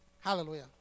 Hallelujah